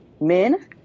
men